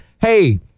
hey